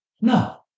No